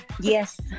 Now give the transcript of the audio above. yes